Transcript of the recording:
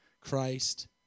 Christ